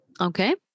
Okay